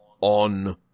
on